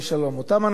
או דומיהם,